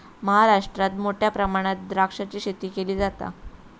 महाराष्ट्रात मोठ्या प्रमाणात द्राक्षाची शेती केली जाता